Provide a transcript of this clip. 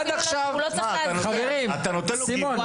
עד עכשיו --- אתה נותן לו גיבוי.